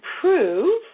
prove